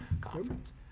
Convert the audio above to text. conference